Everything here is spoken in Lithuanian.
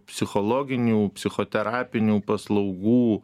psichologinių psichoterapinių paslaugų